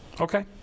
Okay